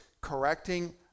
correcting